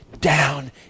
down